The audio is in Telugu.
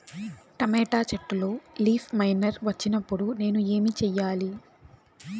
టమోటా చెట్టులో లీఫ్ మైనర్ వచ్చినప్పుడు నేను ఏమి చెయ్యాలి?